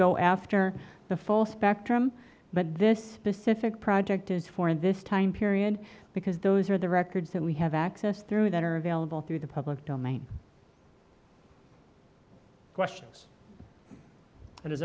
go after the full spectrum but this specific project is for this time period because those are the records that we have access through that are available through the public domain qu